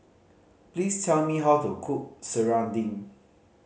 please tell me how to cook serunding